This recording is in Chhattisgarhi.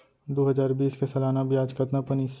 दू हजार बीस के सालाना ब्याज कतना बनिस?